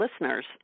listeners